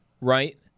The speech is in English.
Right